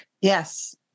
Yes